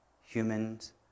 humans